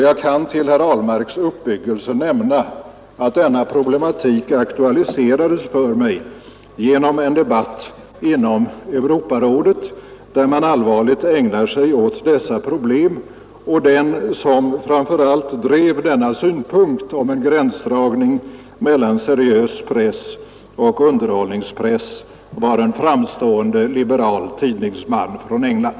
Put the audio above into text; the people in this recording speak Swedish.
Jag kan till herr Ahlmarks uppbyggelse nämna, att den problematiken aktualiserades för mig genom en debatt i Europarådet, där man allvarligt ägnar sig åt dessa problem. Och den som framför allt drev denna synpunkt om en gränsdragning mellan seriös press och underhållningspress var en framstående liberal tidningsman från England.